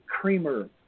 Creamer